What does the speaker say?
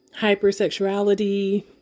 hypersexuality